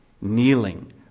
kneeling